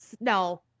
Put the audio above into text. no